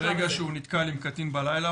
ברגע שהוא נתקל עם קטין בלילה,